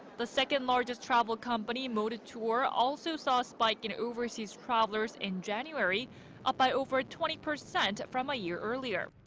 the second largest travel company, modetour also saw a spike in overseas travelers in january up by over ah twenty percent from a year earlier.